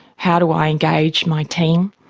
how do i engage my team?